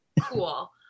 cool